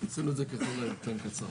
עשינו את זה קצר ככל הניתן.